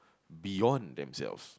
beyond themselves